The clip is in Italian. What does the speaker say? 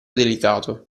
delicato